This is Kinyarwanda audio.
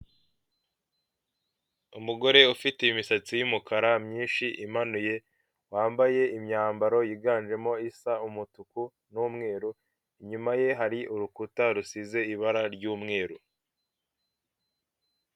Umugore ufite imisatsi y'umukara myinshi imanuye wambaye imyambaro yiganjemo isa umutuku n'umweru inyuma ye hari urukuta rusize ibara ry'umweru.